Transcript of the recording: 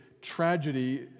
Tragedy